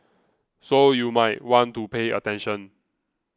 so you might want to pay attention